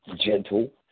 gentle